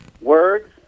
words